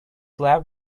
lab